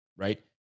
Right